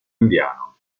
indiano